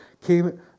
came